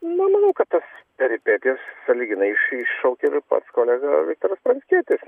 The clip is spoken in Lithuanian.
nemanau kad tas peripetijas sąlyginai iš iššaukė pats kolega viktoras pranckietis